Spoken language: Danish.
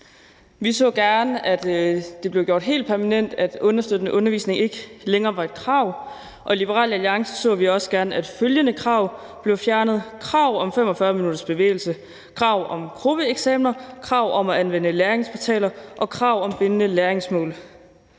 Vi så gerne, at det blev gjort helt permanent, og at understøttende undervisning ikke længere var et krav, og i Liberal Alliance så vi også gerne, at følgende krav blev fjernet: kravet om 45 minutters bevægelse, kravet om gruppeeksamener, kravet om at anvende læringsportaler og kravet om bindende læringsmål.